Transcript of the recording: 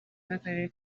n’akarere